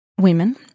women